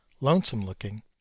lonesome-looking